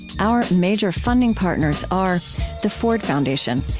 our major funding partners are the ford foundation,